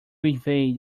evade